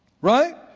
right